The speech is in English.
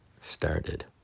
started